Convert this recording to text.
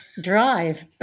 drive